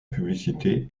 publicité